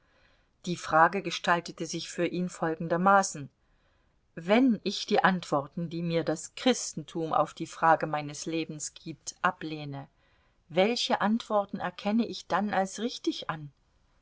die frage gestaltete sich für ihn folgendermaßen wenn ich die antworten die mir das christentum auf die fragen meines lebens gibt ablehne welche antworten erkenne ich dann als richtig an